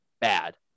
bad